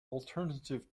alternative